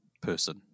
person